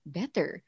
better